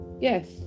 Yes